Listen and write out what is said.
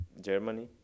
germany